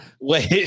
Wait